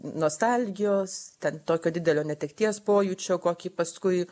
nostalgijos ten tokio didelio netekties pojūčio kokį paskui